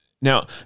Now